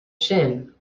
chin